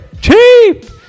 cheap